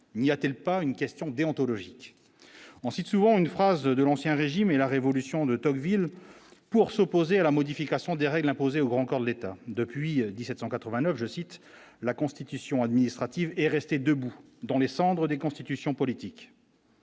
n'y a-t-il pas une question déontologique, on cite souvent une phrase de l'ancien régime et la Révolution de Tocqueville pour s'opposer à la modification des règles imposées aux grands corps de l'État depuis 1789 je cite la constitution administrative est rester debout dans les cendres des constitutions politiques.